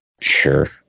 sure